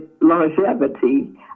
longevity